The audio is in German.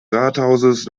rathauses